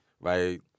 right